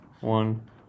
one